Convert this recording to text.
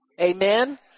Amen